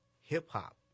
hip-hop